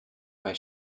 bei